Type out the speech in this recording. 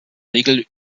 regel